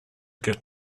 get